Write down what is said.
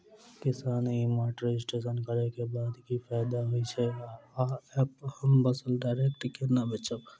किसान e mart registration करै केँ बाद की फायदा होइ छै आ ऐप हम फसल डायरेक्ट केना बेचब?